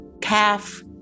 calf